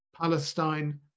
Palestine